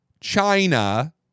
China